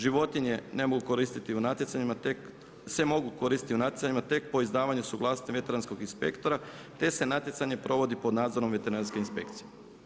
Životinje ne mogu koristiti u natjecanjima, se mogu koristiti u natjecanjima tek po izdavanju suglasnosti veterinarskog inspektora, te se natjecanje provodi pod nadzorom Veterinarske inspekcije.